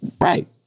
Right